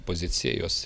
poziciją jos